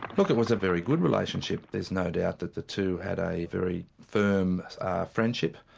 look, it was a very good relationship, there's no doubt that the two had a very firm friendship,